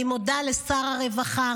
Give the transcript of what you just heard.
אני מודה לשר הרווחה